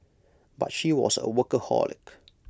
but she was A workaholic